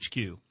HQ